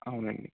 అవునండి